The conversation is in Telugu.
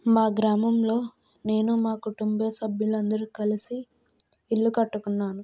మా గ్రామంలో నేను మా కుటుంబ సభ్యులందరు కలిసి ఇల్లు కట్టుకున్నాను